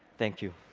thank you.